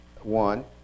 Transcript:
one